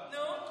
נו.